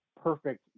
perfect